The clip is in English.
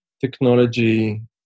technology